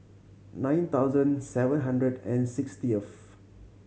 nine thousand seven hundred and sixtieth